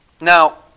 Now